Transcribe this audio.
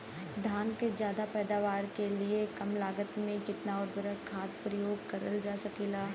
धान क ज्यादा पैदावार के लिए कम लागत में कितना उर्वरक खाद प्रयोग करल जा सकेला?